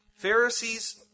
Pharisees